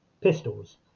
pistols